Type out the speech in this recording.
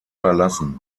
verlassen